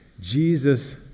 Jesus